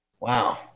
Wow